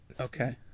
Okay